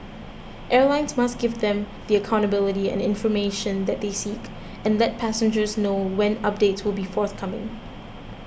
airlines must give them the accountability and information that they seek and let passengers know when updates will be forthcoming